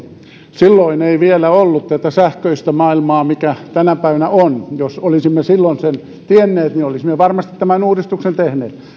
silloin ei vielä ollut tätä sähköistä maailmaa mikä tänä päivänä on jos olisimme silloin sen tienneet olisimme varmasti tämän uudistuksen tehneet